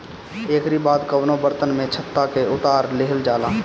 एकरी बाद कवनो बर्तन में छत्ता के उतार लिहल जाला